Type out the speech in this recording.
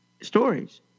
stories